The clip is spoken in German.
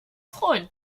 freuen